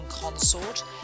Consort